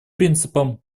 принципом